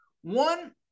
One